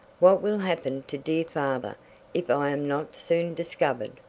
what will happen to dear father if i am not soon discovered?